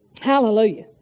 Hallelujah